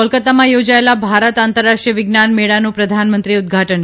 કોલકત્તામા યોજાયેલા ભારત આંતરરાષ્ટ્રી ય વિજ્ઞાન મેળાનુ પ્રધાનમંત્રીએ ઉદઘાટન